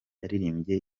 yaririmbye